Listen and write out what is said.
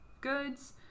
goods